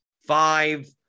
five